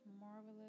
marvelous